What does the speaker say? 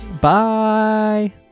Bye